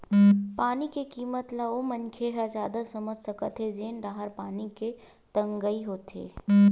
पानी के किम्मत ल ओ मनखे ह जादा समझ सकत हे जेन डाहर पानी के तगई होवथे